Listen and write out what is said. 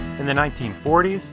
in the nineteen forty s,